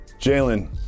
Jalen